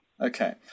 Okay